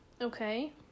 Okay